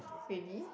really